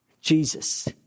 Jesus